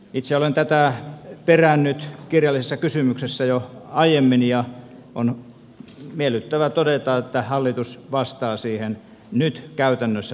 itse olen tätä perännyt kirjallisessa kysymyksessä jo aiemmin ja on miellyttävä todeta että hallitus vastaa siihen nyt käytännössä toteuttamalla tämän